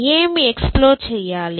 ఏమి ఎక్స్ప్లోర్ చెయ్యాలి